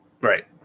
right